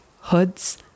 hoods